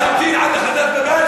להמתין עד החלטת בג"ץ